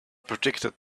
predicted